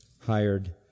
hired